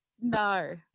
No